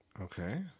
Okay